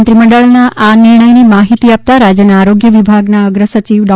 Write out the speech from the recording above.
મંત્રી મંડળના આ નિર્ણયની માહિતી આપતા રાજ્યના આરોગ્ય વિભાગના અગ્ર સચિવ ડો